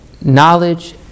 knowledge